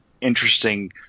interesting